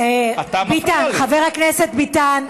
חבר הכנסת ביטן,